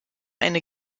eine